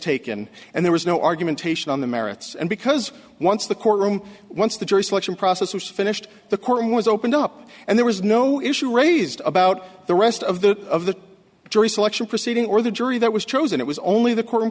taken and there was no argumentation on the merits and because once the courtroom once the jury selection process was finished the courtroom was opened up and there was no issue raised about the rest of the of the jury selection proceeding or the jury that was chosen it was only the court